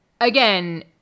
again